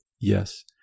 yes